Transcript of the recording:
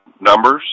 numbers